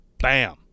bam